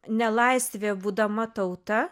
nelaisvėje būdama tauta